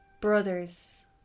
Brothers